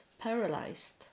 paralyzed